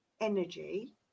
energy